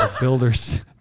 builders